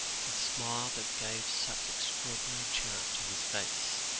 the smile that gave such extraordinary charm to his face.